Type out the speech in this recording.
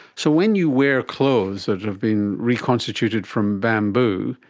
so when you wear clothes that have been reconstituted from bamboo,